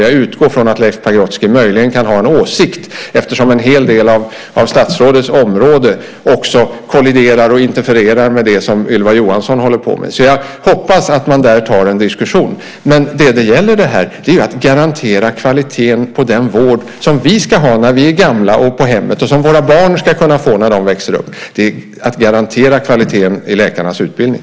Jag utgår ifrån att Leif Pagrotsky möjligen kan ha en åsikt eftersom en hel del av statsrådets område också kolliderar och interfererar med det som Ylva Johansson håller på med. Jag hoppas alltså att man där tar en diskussion. Det som det här gäller är ju att garantera kvaliteten på den vård som vi ska ha när vi är gamla och på hemmet och som våra barn ska kunna få när de växer upp. Det gäller att garantera kvaliteten i läkarnas utbildning.